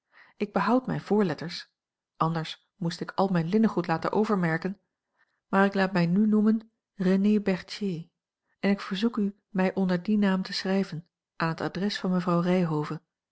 ik behoud mijne voorletters anders moest ik al mijn linnengoed laten overmerken maar ik laat mij n noemen renée berthier en ik verzoek u mij onder dien naam te schrijven aan het adres van mevrouw